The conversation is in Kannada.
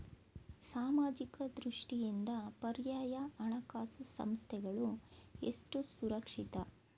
ಸಾಮಾಜಿಕ ದೃಷ್ಟಿಯಿಂದ ಪರ್ಯಾಯ ಹಣಕಾಸು ಸಂಸ್ಥೆಗಳು ಎಷ್ಟು ಸುರಕ್ಷಿತ?